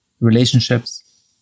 relationships